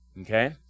Okay